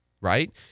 right